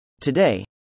Today